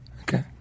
Okay